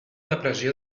depressió